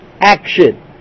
action